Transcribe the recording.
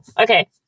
Okay